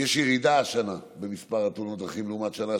יש ירידה השנה במספר תאונות הדרכים לעומת השנה שעברה,